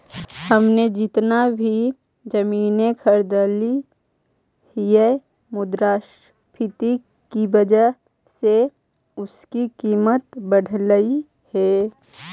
हमने जितना भी जमीनें खरीदली हियै मुद्रास्फीति की वजह से उनकी कीमत बढ़लई हे